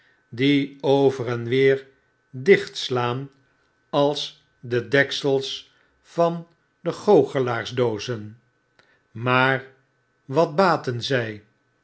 die over en weer dichtslaan als de deksels van goochelaarsdoozen maar wat baten zjj